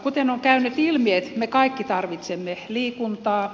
kuten on käynyt ilmi me kaikki tarvitsemme liikuntaa